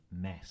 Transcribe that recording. mess